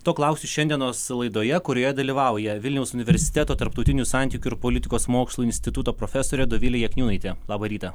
to klausiu šiandienos laidoje kurioje dalyvauja vilniaus universiteto tarptautinių santykių ir politikos mokslų instituto profesorė dovilė jakniūnaitė labą rytą